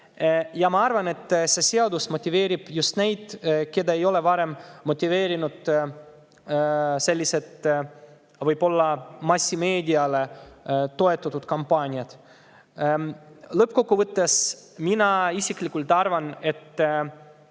Ma arvan, et see seadus motiveerib just neid, keda ei ole varem motiveerinud sellised massimeediale toetunud kampaaniad. Lõppkokkuvõttes mina isiklikult arvan, et